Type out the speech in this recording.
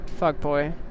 fuckboy